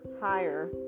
higher